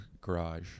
garage